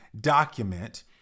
document